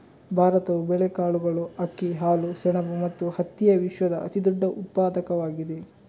ಭಾರತವು ಬೇಳೆಕಾಳುಗಳು, ಅಕ್ಕಿ, ಹಾಲು, ಸೆಣಬು ಮತ್ತು ಹತ್ತಿಯ ವಿಶ್ವದ ಅತಿದೊಡ್ಡ ಉತ್ಪಾದಕವಾಗಿದೆ